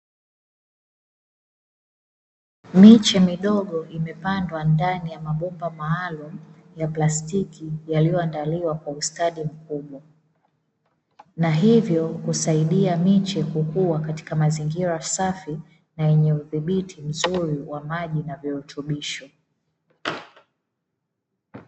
Miche midogo imepandwa ndani ya mabomba maalumu ya plastiki, yaliyoandaliwa kwa ustadi mkubwa na hivyo husaidia miche kukuwa katika mazingira safi na yenye uthibiti mzuri wa maji virutubishi.